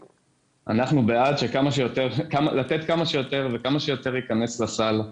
שאנחנו בעד לתת כמה שיותר ושכמה שיותר ייכנס לסל.